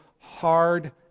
hard